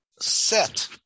set